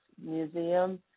Museum